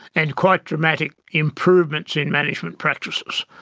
and quite dramatic improvements in management practices,